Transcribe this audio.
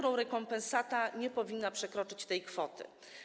Rekompensata nie powinna przekroczyć tej kwoty.